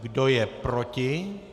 Kdo je proti?